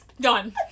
Done